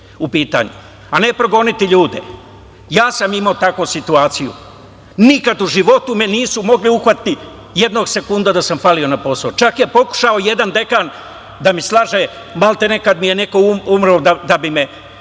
u pitanju, a ne progoniti ljude. Imao sam takvu situaciju, nikada u životu me nisu mogli uhvatiti nijednog sekunda da sam falio na poslu. Čak je pokušao jedan dekan da slaže, maltene, kad mi je majka umrla, da bi me